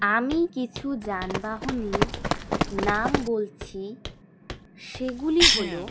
আমি কিছু যানবাহনের নাম বলছি সেগুলি হলো